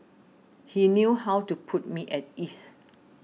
he knew how to put me at ease